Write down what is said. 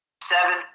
Seven